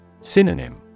Synonym